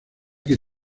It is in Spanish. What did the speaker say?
que